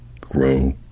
grow